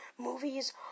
movies